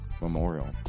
memorial